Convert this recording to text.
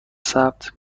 ثبت